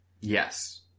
Yes